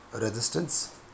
resistance